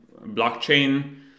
blockchain